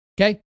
Okay